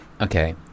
Okay